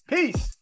Peace